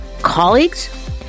colleagues